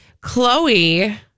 Chloe